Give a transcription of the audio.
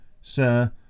Sir